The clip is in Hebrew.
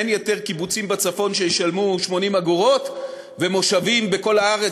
אין יותר קיבוצים בצפון שישלמו 80 אגורות ומושבים בכל ארץ